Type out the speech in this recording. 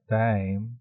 time